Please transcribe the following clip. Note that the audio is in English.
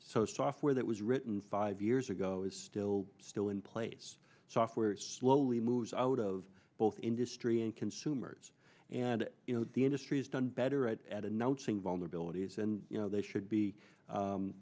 so software that was written five years ago is still still in place software slowly moves out of both industry and consumers and the industry has done better at at a note saying vulnerabilities and you know they should be